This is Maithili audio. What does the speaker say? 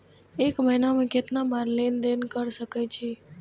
एक महीना में केतना बार लेन देन कर सके छी?